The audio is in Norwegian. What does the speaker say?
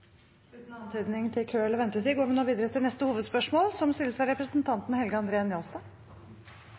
Uten antydning til kø eller ventetid går vi nå videre til neste hovedspørsmål, fra representanten Helge André Njåstad.